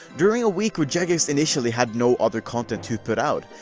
during a week where jagex initially had no other content to put out.